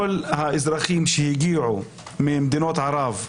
כל האזרחים שהגיעו ממדינות ערב,